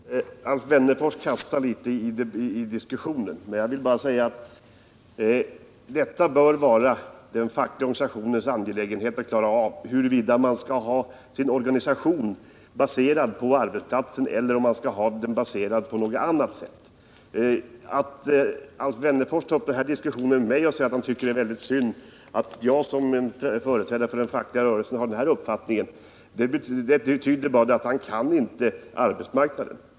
Herr talman! Alf Wennerfors kastar sig litet hit och dit i diskussionen. Jag vill bara säga att det bör vara den fackliga organisationens angelägenhet att klara av huruvida organisationen skall ha sin bas på arbetsplatsen eller om man skall ha en annan uppbyggnad. Att Alf Wennerfors tycker att det är synd att jag som företrädare för en facklig organisation har den uppfattning jag har tyder bara på att han inte känner till förhållandena på arbetsmarknaden.